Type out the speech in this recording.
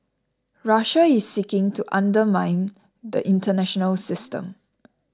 Russia is seeking to undermine the international system